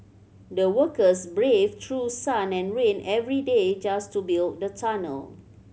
the workers braved through sun and rain every day just to build the tunnel